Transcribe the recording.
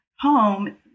home